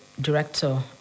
Director